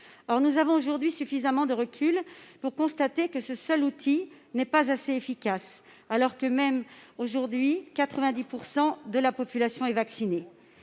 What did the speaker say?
nous avons aujourd'hui suffisamment de recul pour constater que ce seul outil n'est pas assez efficace, alors même que 90 % de la population éligible est vaccinée.